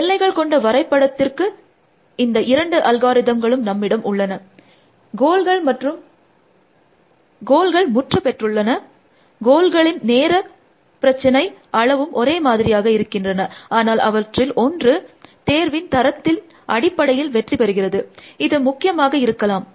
எல்லைகள் கொண்ட வரைப்படத்திற்கு இந்த இரண்டு அல்காரிதம்களும் நம்மிடம் உள்ளன கோல்கள் முற்று பெற்றுள்ளன கோல்ஸ்களின் நேர பிரச்சினை அளவும் ஒரே மாதிரியாக இருக்கின்றன ஆனால் அவற்றில் ஒன்று தேர்வின் தரத்தின் அடிப்படியில் வெற்றி பெறுகிறது இது முக்கியமாக இருக்கலாம்